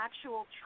actual